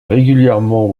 régulièrement